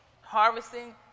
Harvesting